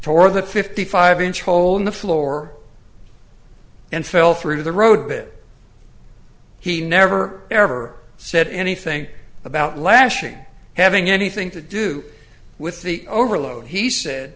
the fifty five inch hole in the floor and fell through the road bit he never ever said anything about lashing having anything to do with the overload he said